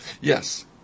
yes